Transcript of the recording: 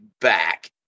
back